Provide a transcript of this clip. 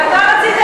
אמנון ותמר.